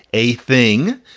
a thing.